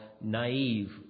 naive